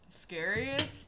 Scariest